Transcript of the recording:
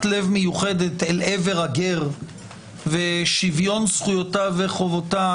לב מיוחדת אל עבר הגר ושוויון זכויותיו וחובותיו.